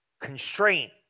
constraint